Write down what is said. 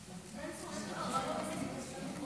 כי הצעת חוק הסכמים קיבוציים